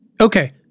Okay